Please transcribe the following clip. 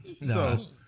No